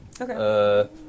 Okay